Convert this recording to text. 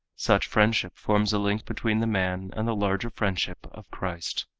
such friendship forms a link between the man and the larger friendship of christ.